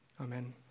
amen